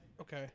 Okay